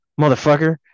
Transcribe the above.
motherfucker